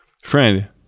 Friend